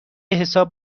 حساب